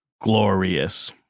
glorious